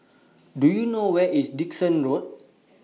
Do YOU know Where IS Dickson Road